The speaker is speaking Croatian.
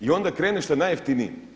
I onda kreneš sa najjeftinijim.